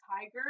tiger